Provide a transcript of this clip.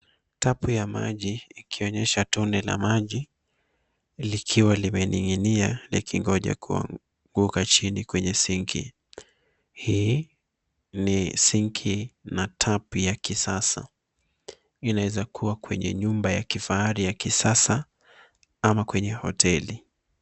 Tap ya maji ikionyesha tone la maji likiwa limening'inia likingoja kuanguka chini kwenye sink .Hii ni sink na tap ya kisasa. Linaeza kuwa kwenye nyumba ya kifahari ya kisasa ama kwenye hoteli.